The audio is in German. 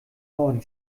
orden